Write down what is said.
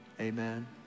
Amen